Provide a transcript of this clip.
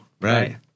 right